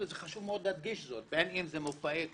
חשוב מאוד להדגיש זאת, בין אם אלה מופעי קולנוע,